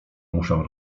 muszę